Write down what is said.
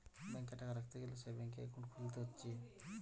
ব্যাংকে টাকা রাখতে গ্যালে সে ব্যাংকে একাউন্ট খুলতে হতিছে